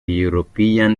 european